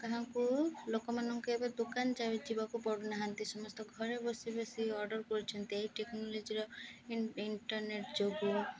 କାହାକୁ ଲୋକମାନଙ୍କୁ ଏବେ ଦୋକାନ ଯ ଯିବାକୁ ପଡ଼ୁନାହାନ୍ତି ସମସ୍ତ ଘରେ ବସି ବସି ଅର୍ଡ଼ର କରୁଛନ୍ତି ଏହିଇ ଟେକ୍ନୋଲୋଜିର ଇଣ୍ଟରନେଟ୍ ଯୋଗୁଁ